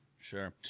Sure